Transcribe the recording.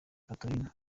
catalonia